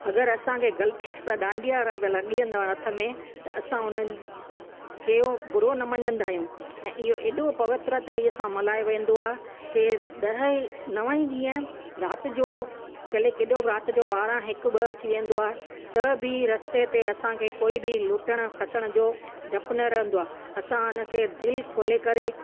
अगरि असांखे ग़लिती सां डांडिया लॻी वेंदो आहे हथ में त असां हुनखे ओ बुरो न मञंदा आहियूं ऐं इहो हेॾो पवित्रताईंअ सां मल्हायो वेंदो आहे कि ॾह ई नव ई ॾींहं राति जो अकेले केतिरो राति जो ॿारहां हिकु ॿ थी वेंदो आहे त बि रस्ते ते असांखे कोई बि लूटण खसण जो डपु न रहंदो आहे असां हुनखे दिलि खोले करे